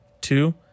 Two